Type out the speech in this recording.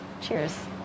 Cheers